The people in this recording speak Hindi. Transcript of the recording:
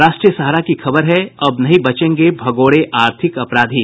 राष्ट्रीय सहारा की खबर है अब नहीं बचेंगे भगोड़े आर्थिक अपराधी